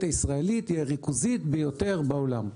הישראלית היא הריכוזית ביותר בעולם".